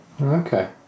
Okay